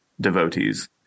devotees